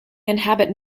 inhabit